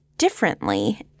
Differently